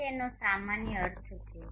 એ તેનો સામાન્ય અર્થ છે